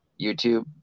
YouTube